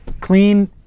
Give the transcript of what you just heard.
clean